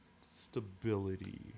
stability